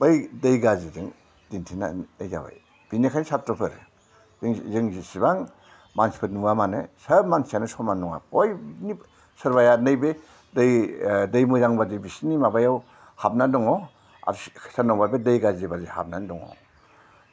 बै दै गाज्रिजों दिन्थिनाय जाबाय बिनिखायनो सात्र'फोर जों जेसेबां मानसिफोर नुवा मानो सोब मानसियानो समान नङा बयनि सोरबाया बे दै दै मोजां बादि बिसिना माबायाव हाबना दङ आरो सोरनावबा बे दै गाज्रि बादि हाबनानै दङ